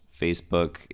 Facebook